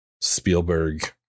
Spielberg